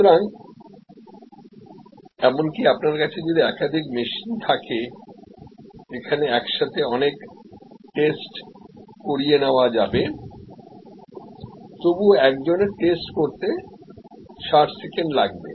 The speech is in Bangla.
সুতরাং এমনকি আপনার কাছে যদি একাধিক মেশিন থাকে সেখানেএকসাথে অনেক টেস্ট করিয়ে নেওয়া যাবে তবুও একজনের টেস্ট করতে 60 সেকেন্ডে লাগবে